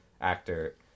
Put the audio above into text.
actor